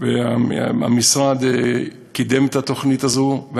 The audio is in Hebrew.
והמשרד קידם את התוכנית הזאת.